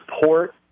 support